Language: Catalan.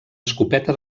escopeta